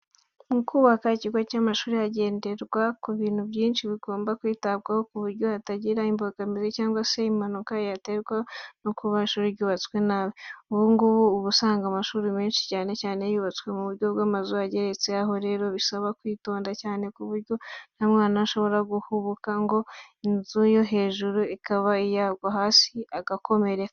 Mu kubaka ikigo cy'amashuri hagenderwa ku bintu byinshi bigomba kwitabwaho k'uburyo hatagira imbogamizi cyangwa se impanuka yaterwa no kuba ishuri ryarubatswe nabi. Ubu ngubu uba usanga amashuri menshi cyane yubatswe mu buryo bw'amazu ageretse aho rero bisaba kwitonda cyane ku buryo nta mwana ushobora guhubuka ku nzu yo hejuru akaba yagwa hasi agakomereka.